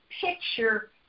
picture